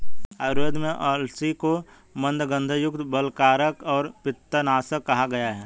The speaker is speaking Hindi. आयुर्वेद में अलसी को मन्दगंधयुक्त, बलकारक और पित्तनाशक कहा गया है